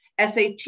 SAT